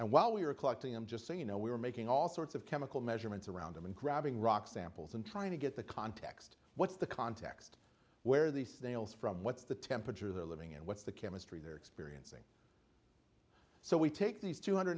and while we are collecting them just so you know we were making all sorts of chemical measurements around them and grabbing rock samples and trying to get the context what's the context where these snails from what's the temperature they're living in what's the chemistry they're experiencing so we take these two hundred